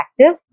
active